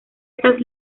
estas